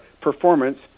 performance